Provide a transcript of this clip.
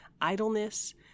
idleness